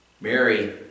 Mary